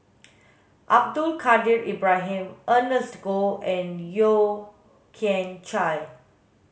Abdul Kadir Ibrahim Ernest Goh and Yeo Kian Chye